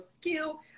skill